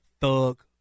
thug